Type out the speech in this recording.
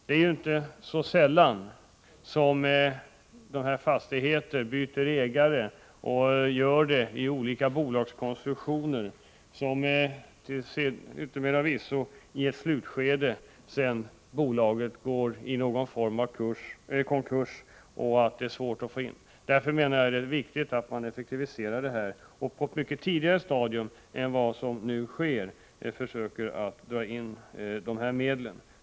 De här fastigheterna byter inte sällan ägare, vilket sker i olika bolagskonstruktioner som till yttermera visso i ett slutskede går i någon form av konkurs. Det gör det svårt att få in skatten. Därför menar jag att det är viktigt att man på ett mycket tidigare stadium än som nu sker effektiviserar indrivningen av de här medlen.